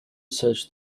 search